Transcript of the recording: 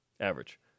average